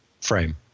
frame